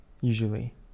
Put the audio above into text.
usually